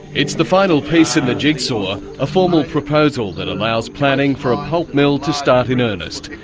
it's the final piece in the jigsaw, a formal proposal that allows planning for a pulp mill to start in earnest.